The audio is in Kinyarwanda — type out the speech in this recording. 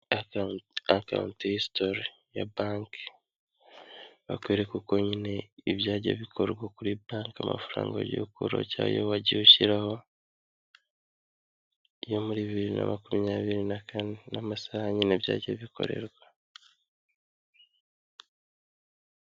Account history ya banki, bakwereka uko nyine ibyagiye bikorwa kuri banki amafaranga wagiye ukuraho cyangwa ayo wagiye ushyiraho, yo muri bibiri na makumyabiri na kane, n'amasaha nyine byagiye bikorerwa.